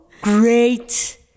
great